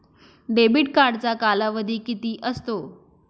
Debit कार्डचा कालावधी किती असतो?